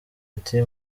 ati